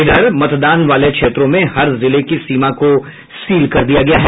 इधर मतदान वाले क्षेत्रों में हर जिले की सीमा को सील कर दिया गया है